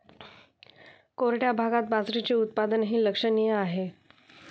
कोरड्या भागात बाजरीचे उत्पादनही लक्षणीय आहे